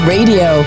Radio